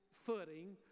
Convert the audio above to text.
footing